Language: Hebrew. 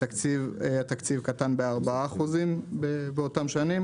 התקציב קטן ב-4% באותן שנים.